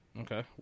Okay